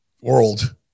world